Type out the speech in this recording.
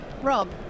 Rob